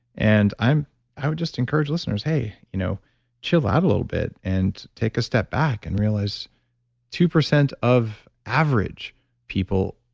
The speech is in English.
and i would just encourage listeners, hey, you know chill out a little bit and take a step back and realize two percent of average people.